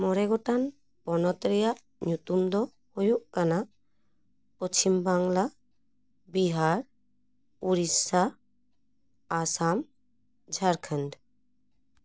ᱢᱚᱬᱮ ᱜᱚᱴᱟᱱ ᱯᱚᱱᱚᱛ ᱨᱮᱭᱟᱜ ᱧᱩᱛᱩᱢ ᱫᱚ ᱦᱩᱭᱩᱜ ᱠᱟᱱᱟ ᱯᱚᱪᱷᱤᱢ ᱵᱟᱝᱞᱟ ᱵᱤᱦᱟᱨ ᱳᱲᱤᱥᱟ ᱟᱥᱟᱢ ᱡᱷᱟᱲᱠᱷᱚᱰ